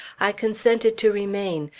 i consented to remain,